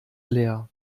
leer